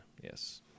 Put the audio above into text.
yes